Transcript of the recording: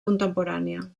contemporània